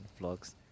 vlogs